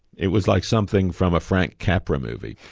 it was like something from a frank capra movie,